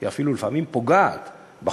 היא אפילו לפעמים פוגעת בחולים.